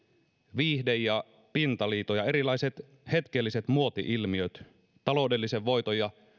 viihde ja pintaliito ja erilaiset hetkelliset muoti ilmiöt taloudellisen voiton ja